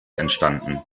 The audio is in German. entstanden